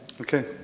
Okay